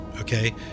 okay